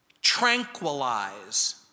tranquilize